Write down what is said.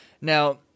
Now